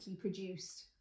produced